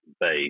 base